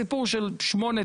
סיפור של שמונה,